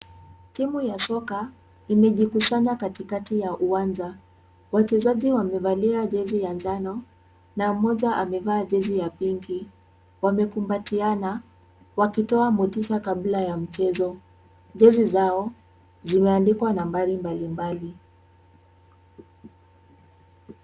Timu ya soka imejikusanya katikati ya uwanja. Wachezaji wamevalia jezi ya njano na mmoja amevaa jezi ya pinki, wamekumbatiana wakitoa motisha kabla ya mchezo. Jezi zao zimeandikwa nambari mbalimbali.